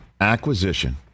acquisition